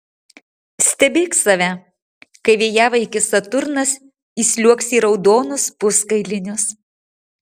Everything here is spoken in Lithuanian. stebėk save kai vėjavaikis saturnas įsliuogs į raudonus puskailinius